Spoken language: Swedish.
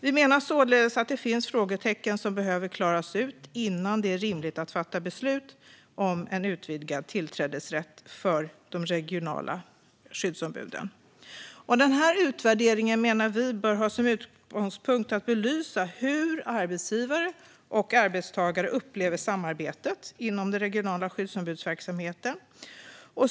Vi menar således att det finns frågetecken som behöver klaras ut innan det är rimligt att fatta beslut om en utvidgad tillträdesrätt för de regionala skyddsombuden. Denna utvärdering menar vi bör ha som utgångspunkt att belysa hur arbetsgivare och arbetstagare upplever samarbetet inom den regionala skyddsombudsverksamheten.